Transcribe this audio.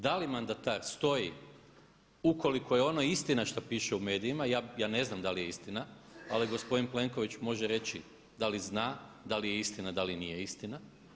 Da li mandatar stoji, ukoliko je ono istina što piše u medijima, ja ne znam da li je istina, ali gospodin Plenković može reći da li zna, da li je istina, da li nije istina.